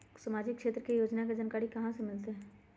सामाजिक क्षेत्र के योजना के जानकारी कहाँ से मिलतै?